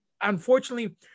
unfortunately